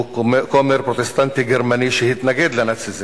שהוא כומר פרוטסטנטי גרמני שהתנגד לנאציזם.